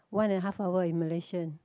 one and half hour in Malaysian